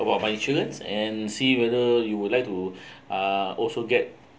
about my insurance and see whether you would like to uh also get